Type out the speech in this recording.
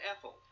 Ethel